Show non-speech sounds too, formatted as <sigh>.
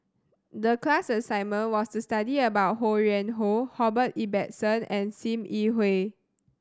the class assignment was to study about Ho Yuen Hoe <unintelligible> Ibbetson and Sim Yi Hui